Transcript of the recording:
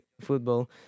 football